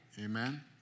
Amen